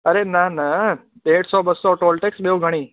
अड़े न न ॾेढु सौ ॿ सौ त टोल टैक्स ॿियों घणी